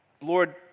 Lord